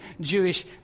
Jewish